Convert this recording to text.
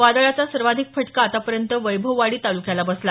वादळाचा सर्वाधिक फटका आतापर्यंत वैभववाडी तालुक्याला बसला